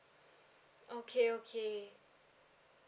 okay okay